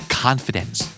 confidence